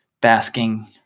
basking